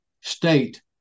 state